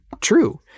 true